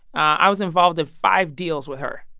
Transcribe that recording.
i was involved in five deals with her.